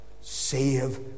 save